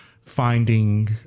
finding